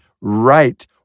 right